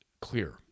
clear